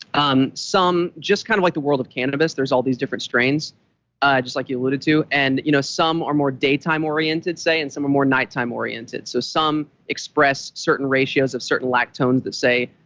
um just kind of like the world of cannabis, there's all these different strains ah just like you alluded to and you know some are more daytime-oriented, say, and some are more nighttime-oriented. so some express certain ratios of certain lactones that, say,